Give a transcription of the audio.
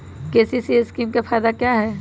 KCC scheme का फायदा क्या है?